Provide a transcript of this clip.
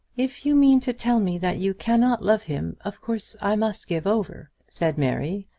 if you mean to tell me that you cannot love him, of course i must give over, said mary,